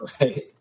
right